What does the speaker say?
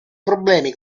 problemi